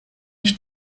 ich